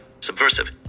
subversive